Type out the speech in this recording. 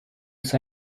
ist